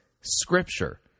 Scripture